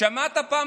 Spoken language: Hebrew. שמעת פעם,